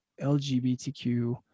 LGBTQ